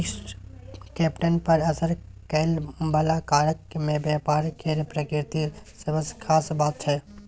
fixed capital पर असर करइ बला कारक मे व्यापार केर प्रकृति सबसँ खास बात छै